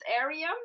area